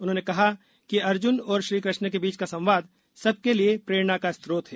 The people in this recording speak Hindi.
उन्होंने कहा कि अर्जुन और श्रीकृष्ण के बीच का संवाद सब के लिए प्रेरणा का श्रोत है